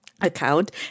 account